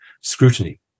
scrutiny